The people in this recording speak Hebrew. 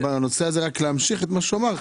בנושא הזה, להמשיך את מה שהוא אמר.